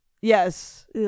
yes